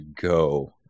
go